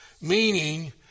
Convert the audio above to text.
meaning